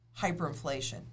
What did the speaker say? hyperinflation